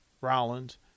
Rollins